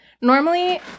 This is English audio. normally